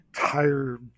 entire